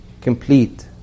complete